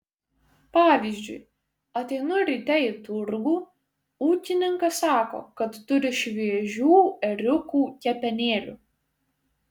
pavyzdžiui ateinu ryte į turgų ūkininkas sako kad turi šviežių ėriukų kepenėlių